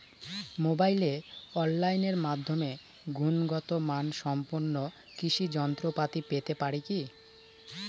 মোবাইলে অনলাইনের মাধ্যমে গুণগত মানসম্পন্ন কৃষি যন্ত্রপাতি পেতে পারি কি?